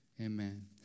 amen